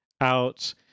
out